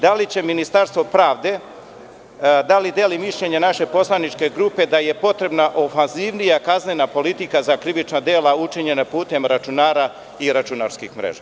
Da li Ministarstvo pravde deli mišljenje naše poslaničke grupe da je potrebna ofanzivnija kaznena politika za krivična dela učinjena putem računara i računarskih mreža?